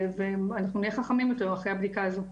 אנחנו נהיה חכמים יותר אחרי הבדיקה הזו.